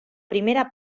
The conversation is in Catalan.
primera